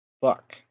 fuck